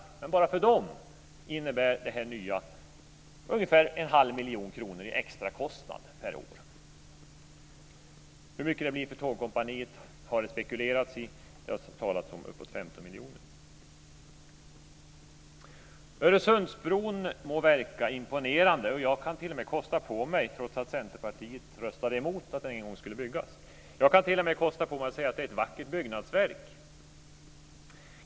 Men bara för dem innebär det nya ungefär en halv miljon kronor i extra kostnad per år. Hur mycket det blir för Tågkompaniet har det spekulerats i. Det har talats om uppemot 15 miljoner. Öresundsbron må verka imponerande, jag kan t.o.m. kosta på mig att säga, trots att Centerpartiet röstade emot att den en gång skulle byggas, att det är ett vackert byggnadsverk.